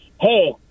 hey